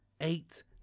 eight